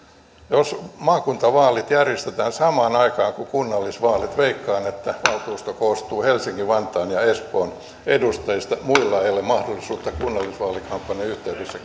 jos maakuntavaalit järjestetään samaan aikaan kuin kunnallisvaalit veikkaan että valtuusto koostuu helsingin vantaan ja ja espoon edustajista muilla ei ole mahdollisuutta kunnallisvaalikampanjan yhteydessä